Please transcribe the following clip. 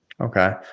Okay